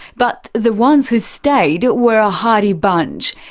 but the ones who stayed were a hardy bunch.